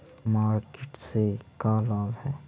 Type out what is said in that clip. Market से का लाभ है?